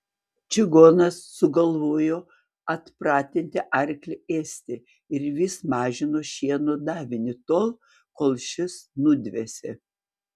čigonas sugalvojo atpratinti arklį ėsti ir vis mažino šieno davinį tol kol šis nudvėsė